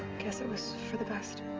guess it was. for the best.